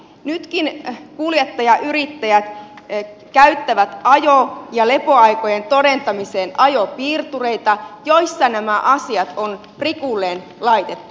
nytkin kuljettajayrittäjät käyttävät ajo ja lepoaikojen todentamiseen ajopiirtureita joissa nämä asiat on prikulleen laitettu